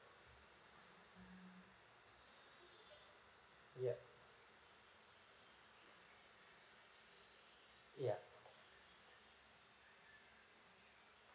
yup ya